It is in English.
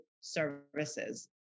services